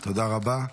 תודה רבה.